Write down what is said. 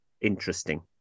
interesting